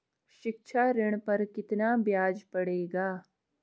शिक्षा ऋण पर कितना ब्याज पड़ेगा?